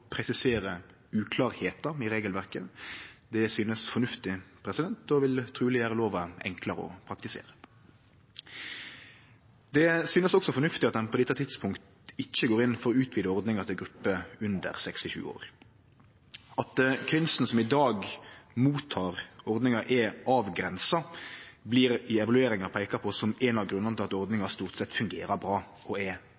presisere det som er uklart i regelverket. Det synest fornuftig og vil truleg gjere lova enklare å praktisere. Det synest også fornuftig at ein på dette tidspunktet ikkje går inn for å utvide ordninga til grupper under 67 år. At krinsen som i dag er mottakarar av ordninga, er avgrensa, blir i evalueringa peika på som ein av grunnane til at